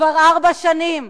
כבר ארבע שנים,